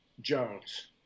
Jones